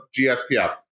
GSPF